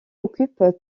occupe